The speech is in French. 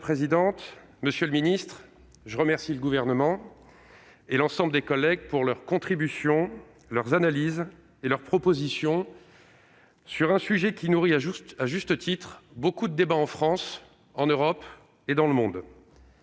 monsieur le secrétaire d'État, je remercie le Gouvernement et l'ensemble de nos collègues de leurs contributions, de leurs analyses et de leurs propositions sur un sujet qui nourrit, à juste titre, beaucoup de débats en France, en Europe et dans le monde.